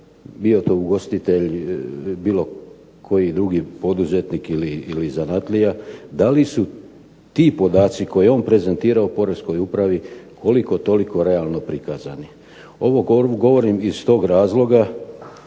bio to ugostitelj, bilo koji drugi poduzetnik ili zanatlija, da li su ti podaci koje je on prezentirao poreskoj upravi koliko toliko realno prikazani. Ovo govorim iz tog razloga